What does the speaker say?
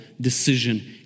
decision